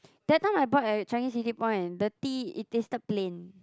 that time I bought at Changi-City Point and the tea it tasted plain